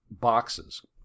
boxes